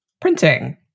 printing